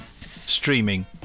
streaming